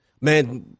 Man